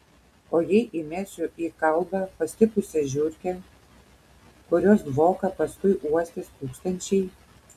o jei įmesiu į kalbą pastipusią žiurkę kurios dvoką paskui uostys tūkstančiai